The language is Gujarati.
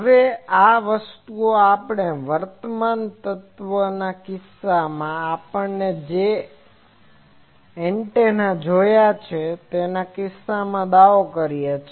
હવે આ વસ્તુ આપણે વર્તમાન તત્વના કિસ્સામાં આપણે જે એન્ટેના જોયા છે તેના કિસ્સામાં દાવો કર્યો છે